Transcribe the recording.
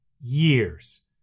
years